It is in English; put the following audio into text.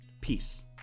peace